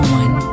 one